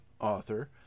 author